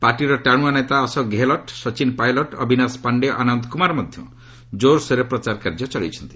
ପାର୍ଟିର ଟାଣୁଆ ନେତା ଅଶୋକ ଗେହଲଟ୍ ସଚିନ୍ ପାଇଲଟ୍ ଅବିନାଶ୍ ପାଣ୍ଡେ ଓ ଆନନ୍ଦ କୁମାର ମଧ୍ୟ କୋର୍ସୋର୍ରେ ପ୍ରଚାର କାର୍ଯ୍ୟ ଚଳାଇଛନ୍ତି